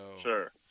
sure